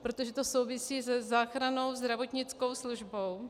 Protože to souvisí se záchrannou zdravotnickou službou.